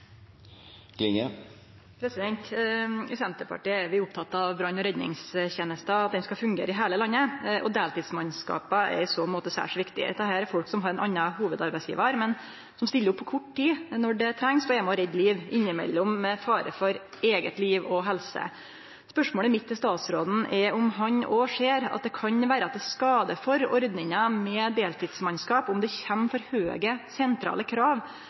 etater. I Senterpartiet er vi opptekne av at brann- og redningstenesta skal fungere i heile landet. Deltidsmannskapa er i så måte særs viktige. Dette er folk som har ein annan hovudarbeidsgjevar, men som stiller opp på kort tid når det trengst, og er med og reddar liv, innimellom med fare for eige liv og eiga helse. Spørsmålet mitt til statsråden er om han òg ser at det kan vere til skade for ordninga med deltidsmannskap om det kjem for høge sentrale krav